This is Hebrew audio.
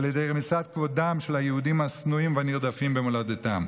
ידי רמיסת כבודם של היהודים השנואים והנרדפים במולדתם.